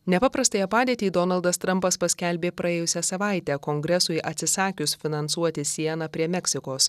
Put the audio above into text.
nepaprastąją padėtį donaldas trampas paskelbė praėjusią savaitę kongresui atsisakius finansuoti sieną prie meksikos